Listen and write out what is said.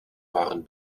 waren